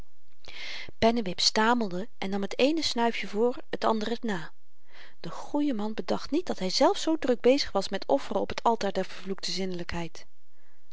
pennewip stamelde en nam t eene snuifje voor t andere na de goeie man bedacht niet dat hyzelf zoo druk bezig was met offeren op t altaar der